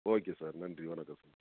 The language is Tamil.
ஓகே சார் நன்றி வணக்கம் சார்